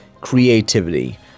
creativity